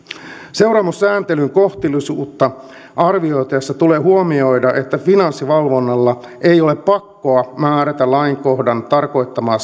seuraamussääntelyn kohtuullisuutta arvioitaessa tulee huomioida että finanssivalvonnalla ei ole pakkoa määrätä lainkohdan tarkoittamaa